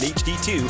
hd2